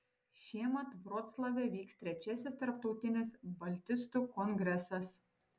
šiemet vroclave vyks trečiasis tarptautinis baltistų kongresas